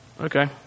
okay